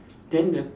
then the